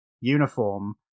uniform